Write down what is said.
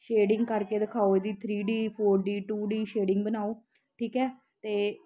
shading ਕਰਕੇ ਦਿਖਾਓ ਇਹਦੀ ਥਰੀ ਡੀ ਫੋਰ ਦੀ ਟੂ ਡੀ ਸ਼ੇਡਿੰਗ ਬਣਾਓ ਠੀਕ ਹੈ ਅਤੇ